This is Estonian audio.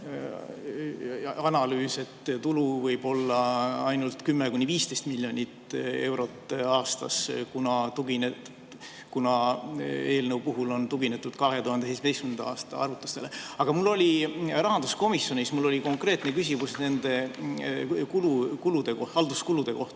on ka analüüs, et tulu võib olla ainult 10–15 miljonit eurot aastas, kuna eelnõus on tuginetud 2017. aasta arvutustele. Aga mul oli rahanduskomisjonis konkreetne küsimus halduskulude kohta.